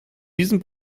diesem